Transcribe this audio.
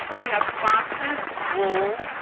we have foxes, wolves,